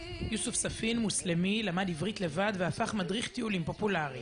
זה הזכיר לדעתי להרבה אנשים את מרוקו,